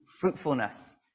Fruitfulness